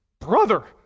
brother